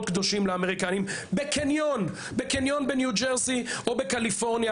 בקניון בניו ג'רזי או קליפורניה.